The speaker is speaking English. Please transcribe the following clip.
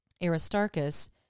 Aristarchus